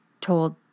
told